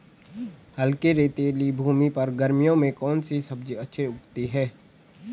हल्की रेतीली भूमि पर गर्मियों में कौन सी सब्जी अच्छी उगती है?